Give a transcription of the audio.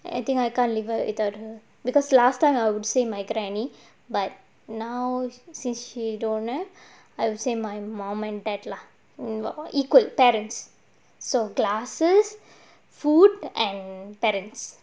I think I can't live without her because last time I would say my granny but now since she donor I would say my mom and dad lah equal parents so glasses food and parents